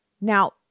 Now